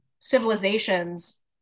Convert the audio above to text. civilizations